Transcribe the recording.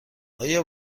آیا